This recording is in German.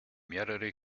mehrere